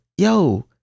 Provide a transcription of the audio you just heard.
Yo